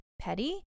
petty